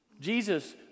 Jesus